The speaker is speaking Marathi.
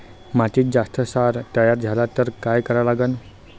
मातीत जास्त क्षार तयार झाला तर काय करा लागन?